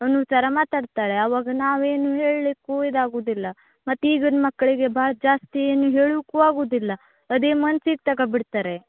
ಅನ್ನೋ ಥರ ಮಾತಾಡ್ತಾಳೆ ಅವಾಗ ನಾವು ಏನೋ ಹೇಳಲಿಕ್ಕೂ ಇದು ಆಗೋದಿಲ್ಲ ಮತ್ತೆ ಈಗದ್ದು ಮಕ್ಕಳಿಗೆ ಭಾಳ ಜಾಸ್ತಿ ಏನು ಹೇಳೋಕು ಆಗೋದಿಲ್ಲ ಅದೇ ಮನ್ಸಿಗೆ ತಗೋ ಬಿಡ್ತಾರೆ